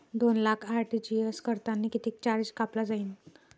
दोन लाख आर.टी.जी.एस करतांनी कितीक चार्ज कापला जाईन?